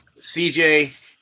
CJ